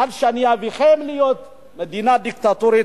עד שאני אביאכם להיות מדינה דיקטטורית.